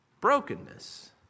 brokenness